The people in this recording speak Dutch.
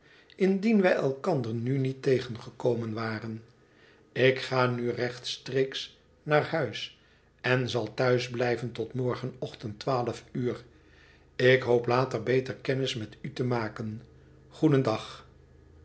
indien wij elkander nu niet tegengekomen waren ik ga nu rechtstreeks naar huis en zal thuis blijven tot morgenochtend twaalf uur ik hoop later beter kennis met u te maken goedendag